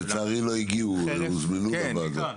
לצערי לא הגיעו, הוזמנו לוועדה.